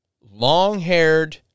long-haired